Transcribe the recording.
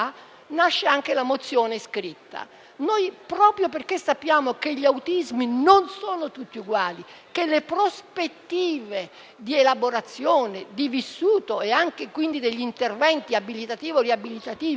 nasce anche la mozione scritta. Proprio perché sappiamo che gli autismi non sono tutti uguali, che le prospettive di elaborazione, di vissuto e anche quindi degli interventi abilitativi o riabilitativi